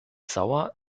sauer